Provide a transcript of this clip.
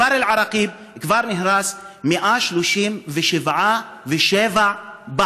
הכפר אל-עראקיב כבר נהרס 137 פעמים.